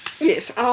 Yes